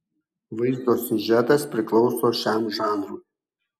vaizdo siužetas priklauso šiam žanrui